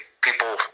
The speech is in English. people